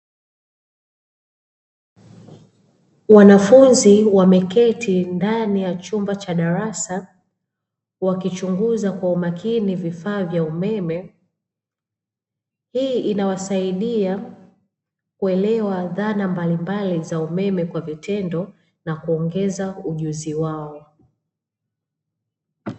Wanafunzi wameketi ndani ya chumba cha darasa wakichunguza kwa umakini vifaa vya umeme, hii inawasaidia kuelewa dhana mbalimbali za umeme kwa vitendo na kuongeza ujuzi wao.